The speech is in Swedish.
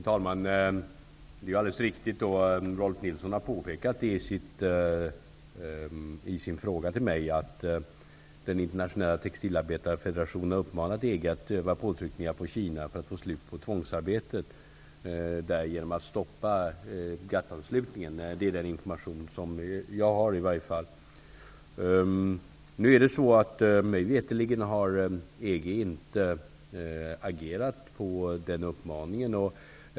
Herr talman! Det är alldeles riktigt, som Rolf L Nilson har påpekat i sin fråga till mig, att den internationella textilarbetarfederationen har uppmanat EG att utöva påtryckningar mot Kina och att få slut på tvångsarbetet genom att stoppa GATT-anslutningen. Det är i varje fall den information som jag har fått. Mig veterligen har EG inte agerat på den uppmaningen.